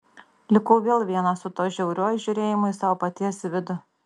likau vėl vienas su tuo žiauriuoju žiūrėjimu į savo paties vidų